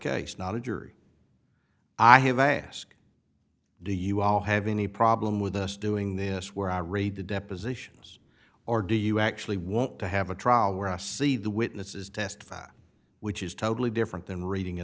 jury i have asked do you all have any problem with us doing this where i read the depositions or do you actually want to have a trial where i see the witnesses testify which is totally different than reading a